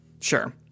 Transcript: Sure